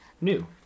new